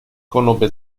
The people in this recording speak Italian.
conobbe